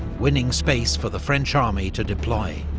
winning space for the french army to deploy.